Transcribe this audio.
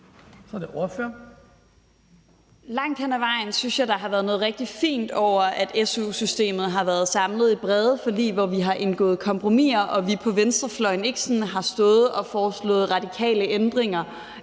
Langt hen ad vejen synes jeg der har været noget rigtig fint over, at su-systemet har været samlet i brede forlig, hvor vi har indgået kompromiser og vi på venstrefløjen ikke sådan har stået og foreslået radikale ændringer.